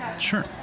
Sure